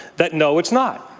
that, no, it's not.